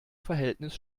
verhältnis